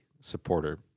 supporter